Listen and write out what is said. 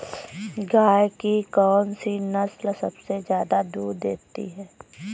गाय की कौनसी नस्ल सबसे ज्यादा दूध देती है?